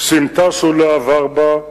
סמטה שהוא לא עבר בה,